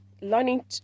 learning